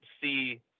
see